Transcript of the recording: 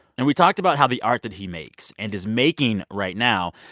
and we talked about how the art that he makes and is making right now,